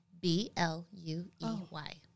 B-L-U-E-Y